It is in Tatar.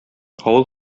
авыл